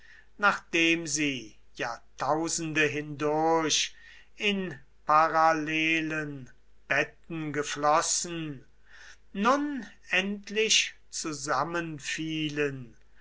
nachdem sie jahrtausende hindurch in parallelen betten geflossen nun endlich